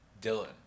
Dylan